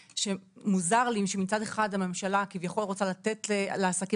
מוזר לי שמצד אחד הממשלה כביכול רוצה לתת לעסקים